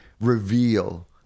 reveal